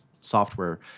software